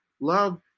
Love